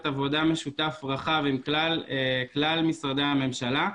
עבודה משותף רחב עם כלל משרדי הממשלה.